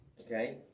okay